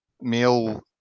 male